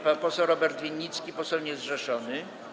Pan poseł Robert Winnicki, poseł niezrzeszony.